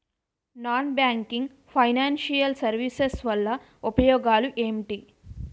Non banking financial services వల్ల ఉపయోగాలు ఎంటి?